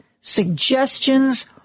suggestions